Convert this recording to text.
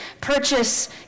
purchase